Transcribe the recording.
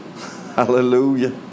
Hallelujah